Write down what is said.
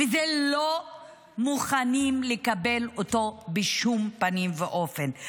וזה לא מוכנים לקבל אותו בשום פנים ואופן.